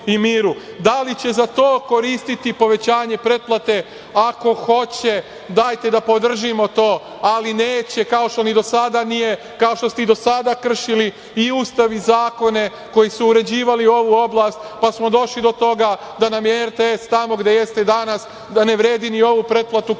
Da li će se za to koristiti povećanje pretplate? Ako hoće, dajte da podržimo to, ali neće, kao ni što do sada nije, kao što ste i do sada kršili i Ustav i zakone koji su uređivali ovu oblast, pa smo došli do toga da nam je RTS tamo gde jeste danas, da ne vredi ni ovu pretplatu koju ima